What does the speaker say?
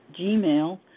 gmail